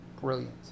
brilliant